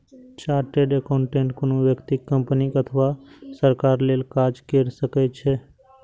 chartered accountant कोनो व्यक्ति, company अथवा सरकार लेल काज कैर सकै छै